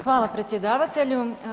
Hvala, predsjedavatelju.